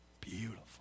beautiful